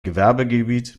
gewerbegebiet